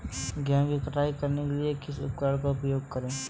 गेहूँ की कटाई करने के लिए किस उपकरण का उपयोग करें?